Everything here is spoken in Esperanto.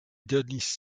donis